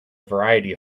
variety